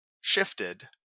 shifted